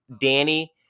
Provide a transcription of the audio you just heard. danny